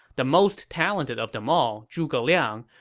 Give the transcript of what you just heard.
the most talented of them all, zhuge liang,